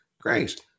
Great